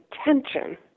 attention